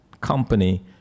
company